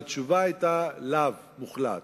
התשובה היתה לאו מוחלט.